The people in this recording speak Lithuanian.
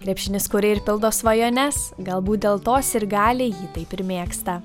krepšinis kuria ir pildo svajones galbūt dėl to sirgaliai jį taip ir mėgsta